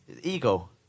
ego